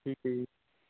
ਠੀਕ ਹੈ ਜੀ